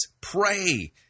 pray